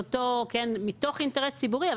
מתוך אינטרס ציבורי,